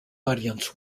audience